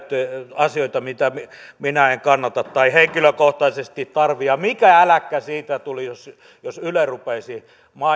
asioita joita minä en kannata tai henkilökohtaisesti tarvitse ja mikä äläkkä siitä tulisi jos yle rupeaisi